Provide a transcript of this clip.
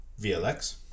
VLX